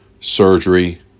surgery